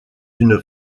une